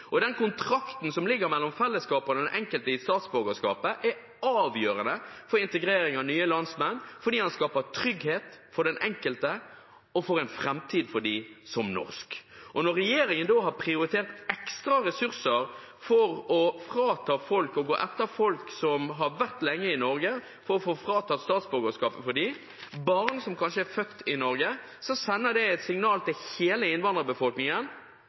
Den kontrakten mellom fellesskapet og den enkelte som ligger i statsborgerskapet, er avgjørende for integrering av nye landsmenn, fordi den skaper trygghet for den enkelte og trygghet for en framtid for dem, som norske. Når regjeringen har prioritert ekstra ressurser for å frata folk statsborgerskapet og for å gå etter folk som har vært lenge i Norge – barn som kanskje er født i Norge – sender det et signal til hele innvandrerbefolkningen: